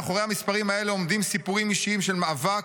מאחורי המספרים האלה עומדים סיפורים אישיים של מאבק,